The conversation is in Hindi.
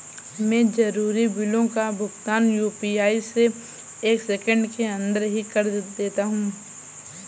मैं जरूरी बिलों का भुगतान यू.पी.आई से एक सेकेंड के अंदर ही कर देता हूं